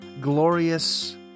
glorious